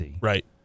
Right